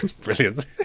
brilliant